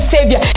Savior